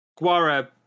Guara